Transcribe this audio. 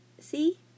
See